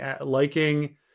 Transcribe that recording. liking